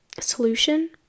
solution